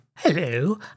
Hello